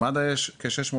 למד"א יש כ- 600,